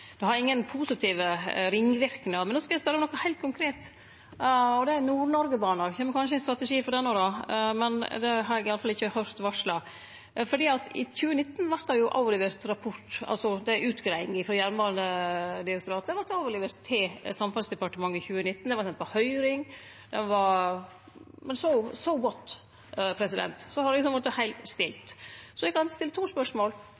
Det har ingen positive ringverknader. Men no skal eg spørje om noko heilt konkret, og det er Nord-Norge-banen. Det kjem kanskje ein strategi for den òg, då, men det har eg iallfall ikkje høyrt varsla. For den utgreiinga frå Jernbanedirektoratet vart jo overlevert til Samferdsledepartementet i 2019. Då var ho på høyring, men så har det vorte heilt stilt. Så eg kan stille to spørsmål. Når det